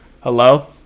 Hello